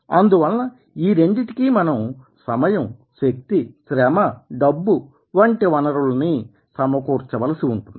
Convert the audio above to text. అందువలన ఈ రెండింటికీ మనం సమయం శక్తి శ్రమ డబ్బు వంటి వనరులని సమకూర్చ వలసి ఉంటుంది